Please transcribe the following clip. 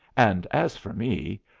and as for me,